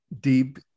Deep